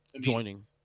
joining